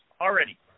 Already